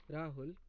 Rahul